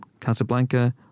Casablanca